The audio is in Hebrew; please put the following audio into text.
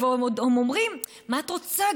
ועוד הם אומרים: מה את רוצה?